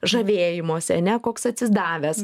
žavėjimosi ane koks atsidavęs